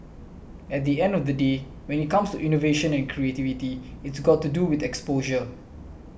at the end of the day when it comes to innovation and creativity it's got to do with exposure